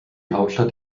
hauptstadt